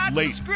late